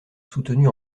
soutenue